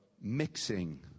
mixing